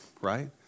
right